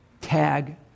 tag